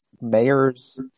mayors